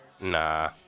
Nah